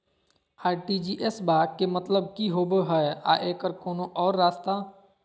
RTGS बा के मतलब कि होबे हय आ एकर कोनो और रस्ता?